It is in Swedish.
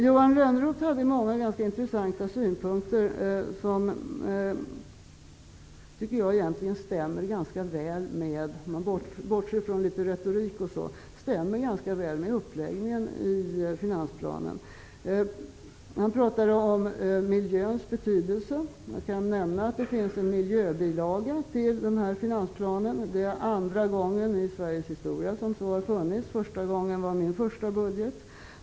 Johan Lönnroth hade många intressanta synpunkter -- bortsett från retorik m.m. -- som stämmer ganska väl med uppläggningen i finansplanen. Han pratade om miljöns betydelse. Jag kan nämna att det finns en miljöbilaga till den här finansplanen. Det är andra gången i Sveriges historia som det finns en sådan -- första gången var i min första budget.